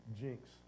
Jinx